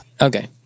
Okay